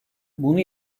bunu